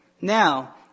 Now